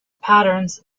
patterns